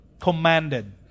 commanded